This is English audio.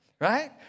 Right